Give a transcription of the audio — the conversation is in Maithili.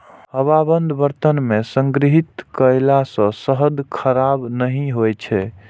हवाबंद बर्तन मे संग्रहित कयला सं शहद खराब नहि होइ छै